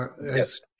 Yes